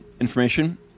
information